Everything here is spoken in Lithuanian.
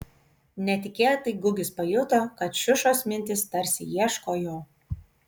netikėtai gugis pajuto kad šiušos mintys tarsi ieško jo